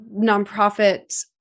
nonprofit